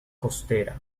costera